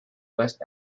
west